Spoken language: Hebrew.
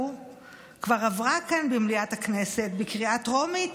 כבר עברה כאן במליאת הכנסת בקריאה טרומית